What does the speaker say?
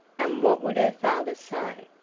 and what would her father say?